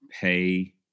pay